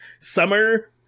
summer